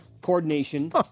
coordination